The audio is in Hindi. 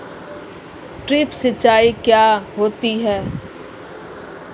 ड्रिप सिंचाई क्या होती हैं?